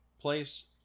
place